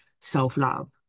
self-love